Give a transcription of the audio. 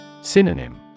Synonym